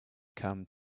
come